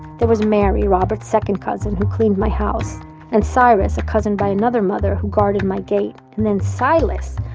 there was mary, robert's second cousin, who cleaned my house and cyrus, a cousin by another mother, who guarded my gate, and then silas,